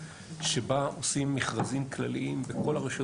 שבו עושים מכרזים כלליים בכל הרשויות